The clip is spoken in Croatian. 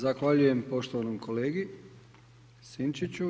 Zahvaljujem poštovanom kolegi Sinčiću.